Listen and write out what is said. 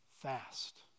fast